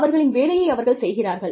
அவர்களின் வேலையை அவர்கள் செய்கிறார்கள்